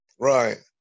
Right